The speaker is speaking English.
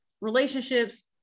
Relationships